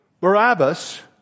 Barabbas